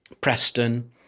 Preston